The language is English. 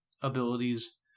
abilities